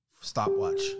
stopwatch